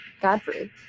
Godfrey